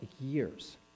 years